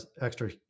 extra